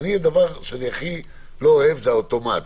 הדבר שאני הכי לא אוהב זה האוטומט.